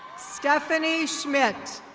stephanie schmidt.